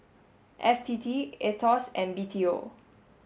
F T T AETOS and B T O